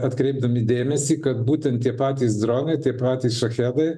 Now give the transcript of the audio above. atkreipdami dėmesį kad būtent tie patys dronai tie patys šachedai